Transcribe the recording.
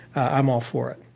i'm all for it.